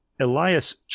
Elias